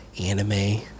anime